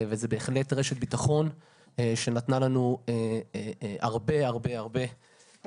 וזה בהחלט רשת ביטחון שנתנה לנו הרבה הרבה יכולת